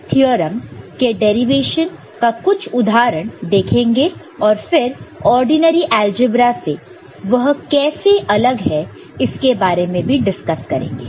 हम इन थ्योरम के डेरिवेशन का कुछ उदाहरण देखेंगे और फिर ऑर्डिनरी अलजेब्रा से वह कैसे अलग है इसके बारे में भी डिस्कस करेंगे